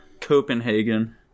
Copenhagen